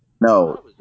No